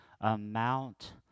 amount